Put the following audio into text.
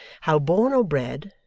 how born or bred,